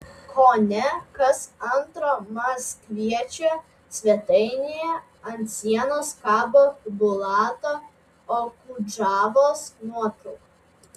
kone kas antro maskviečio svetainėje ant sienos kabo bulato okudžavos nuotrauka